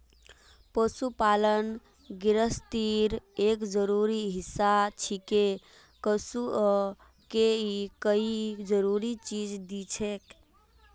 पशुपालन गिरहस्तीर एक जरूरी हिस्सा छिके किसअ के ई कई जरूरी चीज दिछेक